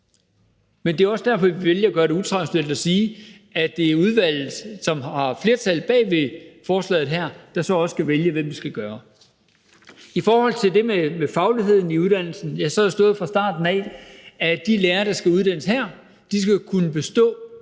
men det er også derfor, vi vælger at gøre det utraditionelt og sige, at det er udvalget, som har flertal bag forslaget her, der så også skal vælge, hvem der skal gøre det. I forhold til det med fagligheden i uddannelsen har der fra starten af stået, at de lærere, der skal uddannes her, som en del